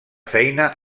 feina